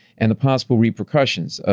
and the possible repercussions,